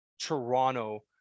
Toronto